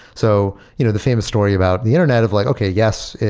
so you know the famous story about the internet of like, okay, yes.